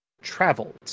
traveled